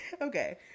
okay